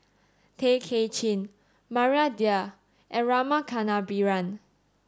Tay Kay Chin Maria Dyer and Rama Kannabiran